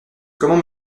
comment